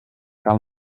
cal